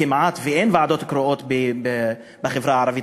כמעט שאין ועדות קרואות בחברה הערבית,